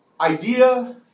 idea